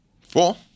Four